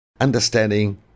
understanding